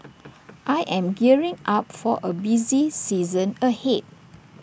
I am gearing up for A busy season ahead